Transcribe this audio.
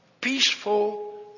peaceful